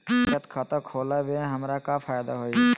बचत खाता खुला वे में हमरा का फायदा हुई?